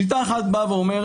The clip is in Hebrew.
שיטה אחת אומרת,